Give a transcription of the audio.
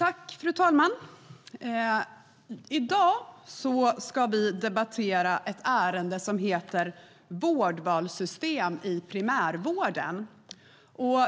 Fru talman! I dag ska vi debattera ett ärende som heter Vårdvalssystem i primärvården.